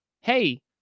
Hey